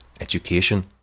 education